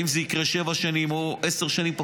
אם זה יקרה תוך שבע שנים או עשר שנים,